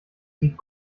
sieht